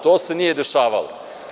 To se nije dešavalo.